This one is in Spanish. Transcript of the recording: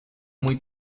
muy